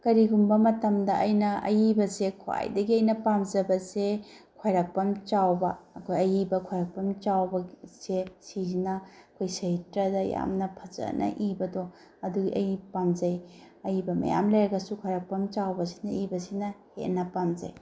ꯀꯔꯤꯒꯨꯝꯕ ꯃꯇꯝꯗ ꯑꯩꯅ ꯑꯏꯕꯁꯦ ꯈ꯭ꯋꯥꯏꯗꯒꯤ ꯑꯩꯅ ꯄꯥꯝꯖꯕꯁꯦ ꯈ꯭ꯋꯥꯏꯔꯥꯛꯄꯝ ꯆꯥꯎꯕ ꯑꯩꯈꯣꯏ ꯑꯏꯕ ꯈ꯭ꯋꯥꯏꯔꯥꯛꯄꯝ ꯆꯥꯎꯕ ꯁꯦ ꯁꯤꯁꯤꯅ ꯑꯩꯈꯣꯏ ꯁꯍꯤꯇ꯭ꯌꯥꯗ ꯌꯥꯝꯅ ꯐꯖꯅ ꯏꯕꯗꯣ ꯑꯗꯨꯒꯤ ꯑꯩ ꯄꯥꯝꯖꯩ ꯑꯏꯕ ꯃꯌꯥꯝ ꯂꯩꯔꯒꯁꯨ ꯈ꯭ꯋꯥꯏꯔꯥꯛꯄꯝ ꯆꯥꯎꯕꯁꯤꯅ ꯏꯕꯁꯤꯅ ꯍꯦꯟꯅ ꯄꯥꯝꯖꯩ